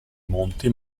monti